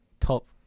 top